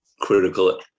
critical